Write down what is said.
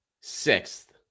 sixth